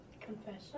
Confession